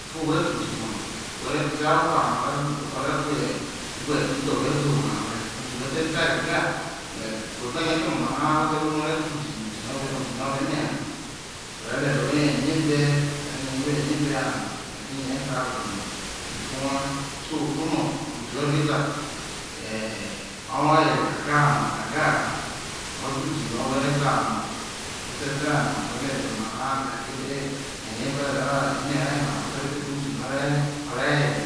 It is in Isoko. Ufo whe da usi no whe̠ re̠da vre̠ oma no̠ o̠ re̠ wha pro no̠ o̠ re̠ wha oghere ke̠ idho̠ve̠ zio̠ whe̠ oma ha uke udi whe̠ te dai gaga like whe̠ ghe epano̠ no̠ omara rro̠ ha whe̠te rro̠ ohwo no̠ o̠re̠ da udi udu udi no̠ obe mere o re lelel owhe ya eya eve̠ whe wo eyero eve̠ and oghe̠re̠ ke̠ eyea efano fo ha so ufo no̠ udi no̠ udi no̠ whe be da ee o̠ were gaga ha ojo udi no̠ whe̠ re̠ da no̠ whe te dai no̠ ore̠ lelel omo ra like ekpe eyao eve̠ ro emera eva na whe te be da okpe udino̠ o̠re were